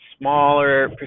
smaller